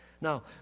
Now